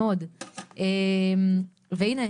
מאוד והינה,